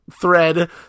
thread